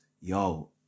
Yo